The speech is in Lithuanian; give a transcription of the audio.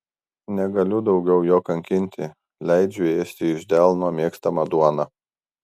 negaliu daugiau jo kankinti leidžiu ėsti iš delno mėgstamą duoną